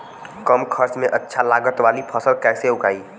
कम खर्चा में अच्छा लागत वाली फसल कैसे उगाई?